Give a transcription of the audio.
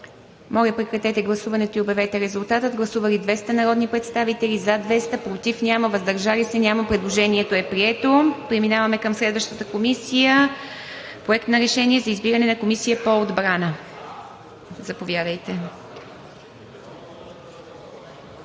Моля, прекратете гласуването и обявете резултата. Гласували 204 народни представители: за 194, против 4, въздържали се 6. Предложението е прието. Преминаваме към следващия Проект на решение за избиране на Комисия за контрол над